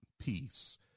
peace